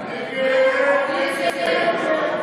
ג'מאל זחאלקה,